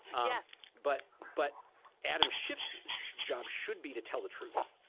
yes. but but adam schiff's job should be to tell the truth.